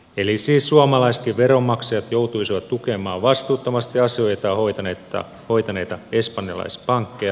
eli siis suomalaisetkin veronmaksajat joutuisivat tukemaan vastuuttomasti asioitaan hoitaneita espanjalaispankkeja